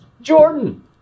Jordan